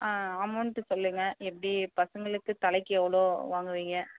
ஆ amount சொல்லுங்கள் எப்படி பசங்களுக்கு தலைக்கு எவ்வளோ வாங்குவீங்க